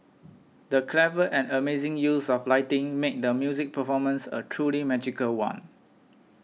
the clever and amazing use of lighting made the musical performance a truly magical one